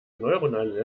neuronale